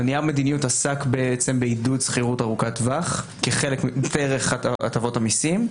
נייר המדיניות עסק בעידוד שכירות ארוכת טווח דרך הטבות המסים.